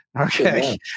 Okay